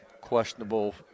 questionable